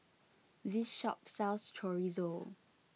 this shop sells Chorizo